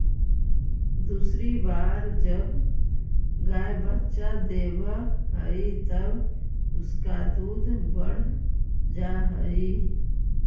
दूसरी बार जब गाय बच्चा देवअ हई तब उसका दूध बढ़ जा हई